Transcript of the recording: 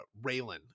Raylan